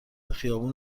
خیابون